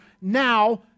now